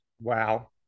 Wow